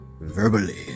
verbally